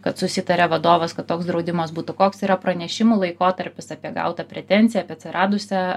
kad susitaria vadovas kad toks draudimas būtų koks yra pranešimų laikotarpis apie gautą pretenziją apie atsiradusią